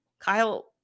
Kyle